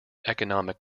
economic